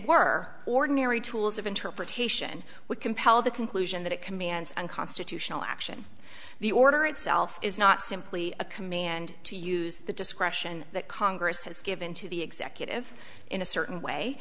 were ordinary tools of interpretation would compel the conclusion that it commands unconstitutional action the order itself is not simply a command to use the discretion that congress has given to the executive in a certain way